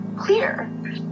Clear